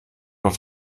auf